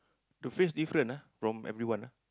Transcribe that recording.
the face different ah from everyone ah